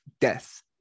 death